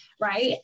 Right